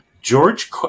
George